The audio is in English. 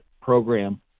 program